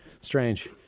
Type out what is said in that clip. Strange